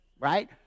Right